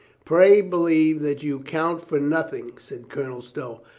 pray believe that you count for nothing, said colonel stow.